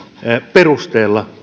perusteella